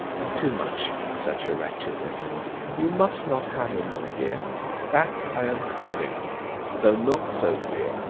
and too much, of such a wretch as this you must not have him, my dear that i am clear in though not so clear,